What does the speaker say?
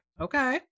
Okay